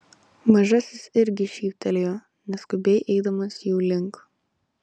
mažasis irgi šyptelėjo neskubiai eidamas jų link